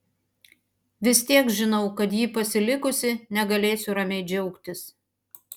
vis tiek žinau kad jį pasilikusi negalėsiu ramiai džiaugtis